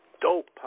dope